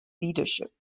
leadership